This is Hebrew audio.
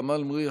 קארין אלהרר,